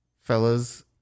Fellas